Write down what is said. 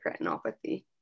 retinopathy